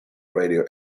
radio